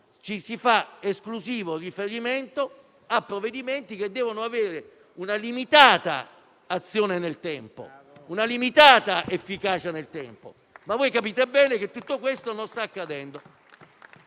si fa esclusivo riferimento a provvedimenti che devono avere una limitata azione nel tempo e una limitata efficacia nel tempo. Voi capite bene, però, che tutto questo non sta accadendo.